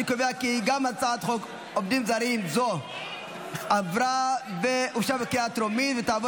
אני קובע כי גם הצעת חוק עובדים זרים זו אושרה בקריאה טרומית ותעבור